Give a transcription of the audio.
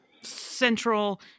Central